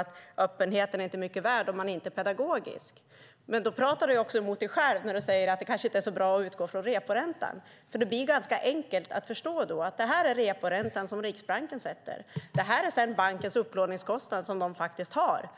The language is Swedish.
att öppenheten inte är mycket värd om man inte är pedagogisk. Då säger du också emot dig själv när du säger att det kanske inte är så bra att utgå från reporäntan. Det är ju ganska enkelt att förstå att detta är reporäntan som Riksbanken sätter. Det här är sedan den upplåningskostnad som banken faktiskt har.